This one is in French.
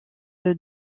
feu